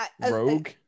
rogue